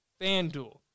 FanDuel